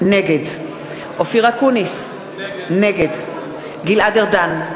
נגד אופיר אקוניס, נגד גלעד ארדן,